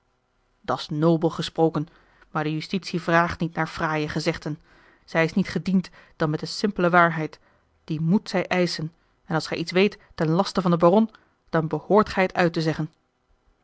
at s nobel gesproken maar de justitie vraagt niet naar fraaie gezegden zij is niet gediend dan met de simpele waarheid die moet zij eischen en als gij iets weet ten laste van den baron dan behoort gij het uit te zeggen